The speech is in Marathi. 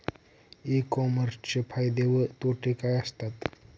ई कॉमर्सचे फायदे व तोटे काय असतात?